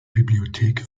bibliothek